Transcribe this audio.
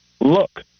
look